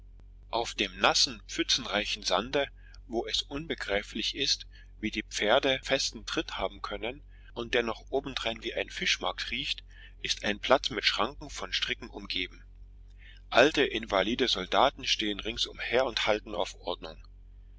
auf dem nassen pfützenreichen sande wo es unbegreiflich ist wie die pferde festen tritt haben können und der noch obendrein wie ein fischmarkt riecht ist ein platz mit schranken von stricken umgeben alte invalide soldaten stehen ringsumher und halten auf ordnung